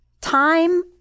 time